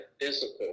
physical